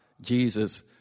Jesus